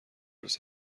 روز